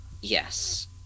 Yes